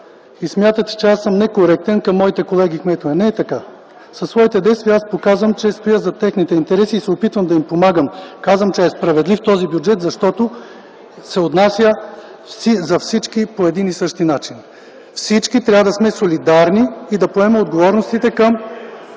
и смятате, че аз съм некоректен към моите колеги-кметове. Не е така! Със своите действия аз показвам, че стоя зад техните интереси и се опитвам да им помагам. Казвам, че този бюджет е справедлив, защото се отнася за всички по един и същи начин. Всички трябва да сме солидарни и да поемем отговорностите към